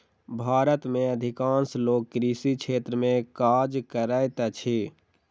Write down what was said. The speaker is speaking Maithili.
भारत में अधिकांश लोक कृषि क्षेत्र में काज करैत अछि